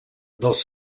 dels